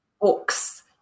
books